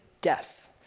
death